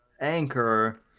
Anchor